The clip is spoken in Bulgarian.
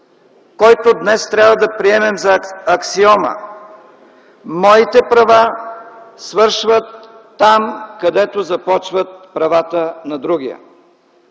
който днес трябва да приемем за аксиома: „Моите права свършват там, където започват правата на другия”.